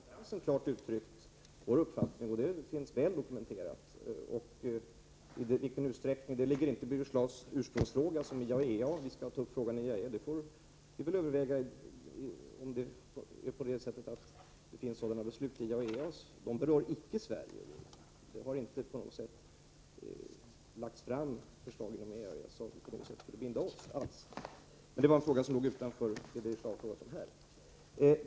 föruppgiftenomya: Herr talman! Vi har vid konferensen klart uttryckt vår uppfattning — det PEN UOrENav finns väl dokumenterat. I vilken utsträckning vi skall ta upp frågan i IAEA -— det ingår inte i Birger Schlaugs ursprungliga fråga. Detta får vi väl överväga, om det finns sådana IAEA-beslut. De berör i så fall icke Sverige. Det har inte inom IAEA lagts fram förslag som på något sätt skulle binda oss. Men det är alltså en fråga som ligger utanför vad Birger Schlaug frågat om här.